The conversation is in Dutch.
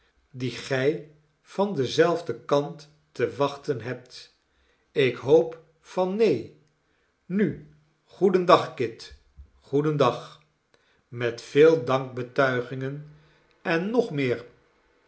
die gij van denzelfden kant te wachten hebt ik hoop van neen nu goedendag kit goedendag met vele dankbetuigingen en nog meer